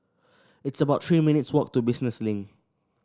it's about Three minutes' walk to Business Link